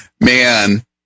Man